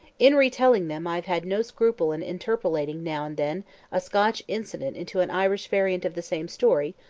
in re-telling them i have had no scruple in interpolating now and then a scotch incident into an irish variant of the same story,